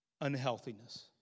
unhealthiness